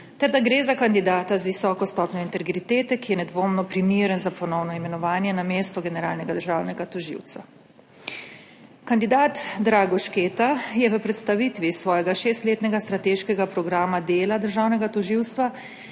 ter da gre za kandidata z visoko stopnjo integritete, ki je nedvomno primeren za ponovno imenovanje na mesto generalnega državnega tožilca. Kandidat Drago Šketa je v predstavitvi svojega šestletnega strateškega programa dela državnega tožilstva